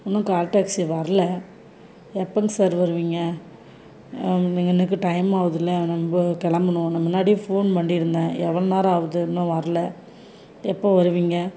இன்னும் கால்டேக்ஸி வரல எப்போங்க சார் வருவீங்க நீங்கள் எனக்கு டைம் ஆவதுல நாங்க கிளம்பணும் நான் முன்னாடியே ஃபோன் பண்ணி இருந்தேன் எவ்வளோ நேரம் ஆகுது இன்னும் வரல எப்போ வருவீங்க